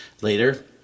Later